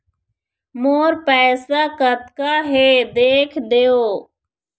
मोर पैसा कतका हे देख देव?